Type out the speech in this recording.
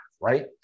right